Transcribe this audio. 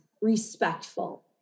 respectful